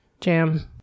Jam